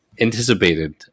anticipated